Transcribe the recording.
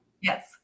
Yes